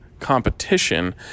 competition